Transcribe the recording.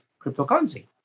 cryptocurrency